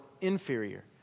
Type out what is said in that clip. inferior